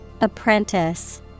Apprentice